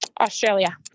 Australia